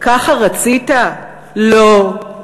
ככה רצית?" לא.